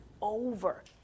over